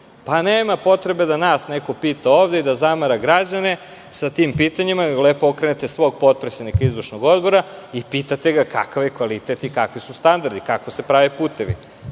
Nema potrebe da nas neko pita ovde i da zamara građane sa tim pitanjima. Lepo okrenete svog potpredsednika izvršnog odbora i pitate ga kakav je kvalitet i kakvi su standardi, kako se prave putevi.